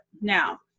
Now